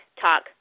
Talk